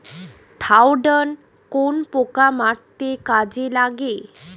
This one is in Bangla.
থাওডান কোন পোকা মারতে কাজে লাগে?